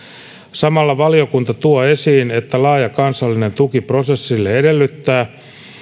samalla valiokunta tuo esiin että laaja kansallinen tuki prosessille edellyttää